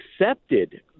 accepted